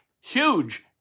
huge